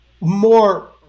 more